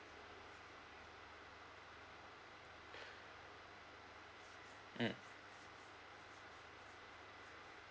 mm